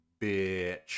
bitch